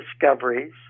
discoveries